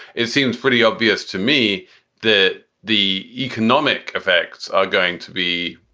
it seems pretty obvious to me that the economic effects are going to be,